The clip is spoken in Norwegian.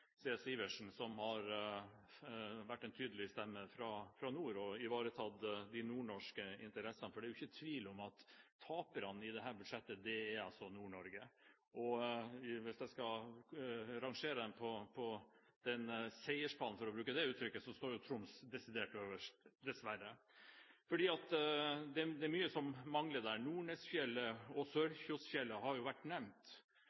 S. Iversen, som har vært betydelige stemmer fra nord og ivaretatt de nordnorske interessene. Det er ikke tvil om at taperne i dette budsjettet er Nord-Norge. Viss jeg skal rangere dem på seierspallen, for å bruke det utrykket, står Troms desidert øverst, dessverre. Det er mye som mangler. Nordnesfjellet og Sørkjosfjellet har vært nevnt,